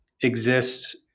exist